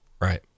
Right